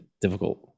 difficult